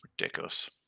Ridiculous